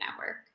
network